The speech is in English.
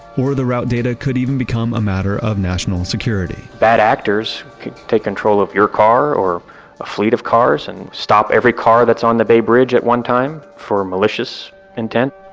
or the route data could even become a matter of national security bad actors could take control of your car or a fleet of cars and stop every car that's on the bay bridge at one time for malicious intent